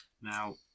Now